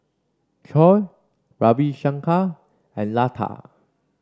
Choor Ravi Shankar and Lata